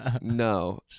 no